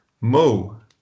Mo